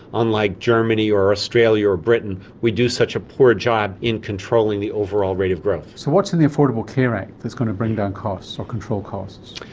unlike germany or australia or britain, we do such a poor job in controlling the overall rate of growth. so what's in the affordable care act that's going to bring down costs or control costs?